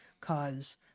cause